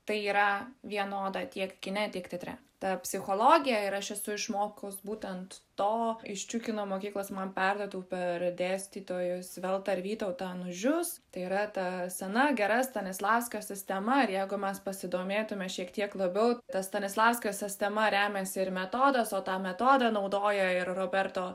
tai yra vienoda tiek kine tiek teatre ta psichologija ir aš esu išmokus būtent to iš čiukino mokyklos man perduotų per dėstytojus veltą ir vytautą anužius tai yra ta sena gera stanislavskio sistema ir jeigu mes pasidomėtume šiek tiek labiau tas stanislavskio sistema remiasi ir metodas o tą metodą naudoja ir roberto